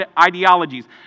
ideologies